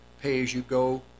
pay-as-you-go